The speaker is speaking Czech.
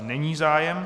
Není zájem.